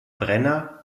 brenner